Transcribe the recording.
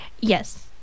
Yes